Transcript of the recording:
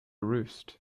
roost